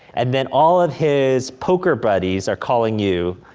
and then all of his poker buddies are calling you,